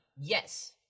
Yes